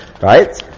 right